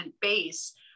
base